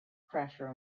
pressure